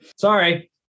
Sorry